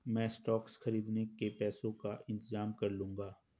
मैं स्टॉक्स खरीदने के पैसों का इंतजाम कर लूंगा